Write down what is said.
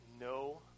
no